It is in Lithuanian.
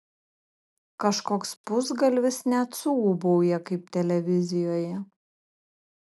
kažkoks pusgalvis net suūbauja kaip televizijoje